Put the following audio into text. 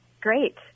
Great